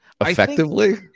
effectively